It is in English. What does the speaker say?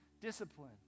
discipline